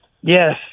Yes